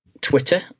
Twitter